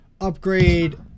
upgrade